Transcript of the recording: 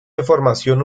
información